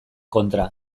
kontra